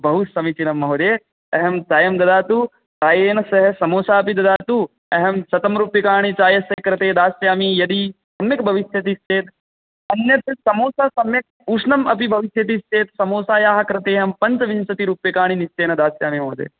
बहुसमीचीनं महोदय अहं चायं ददातु चायेन सह समोसा अपि ददातु अहं शतं रूप्यकाणि चायस्य कृते दास्यामि यदि सम्यक् भविष्यति चेत् अन्यत् समोसा सम्यक् उष्णम् अपि भविष्यति चेत् समोसायाः कृते अहं पञ्चविंशतिः रूप्यकाणि निश्चयेन दास्यामि महोदय